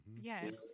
Yes